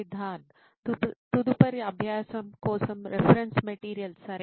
సిద్ధార్థ్ తదుపరి అభ్యాసం కోసం రిఫరెన్స్ మెటీరియల్స్ సరే